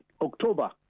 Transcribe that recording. October